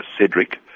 CEDRIC